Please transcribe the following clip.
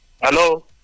Hello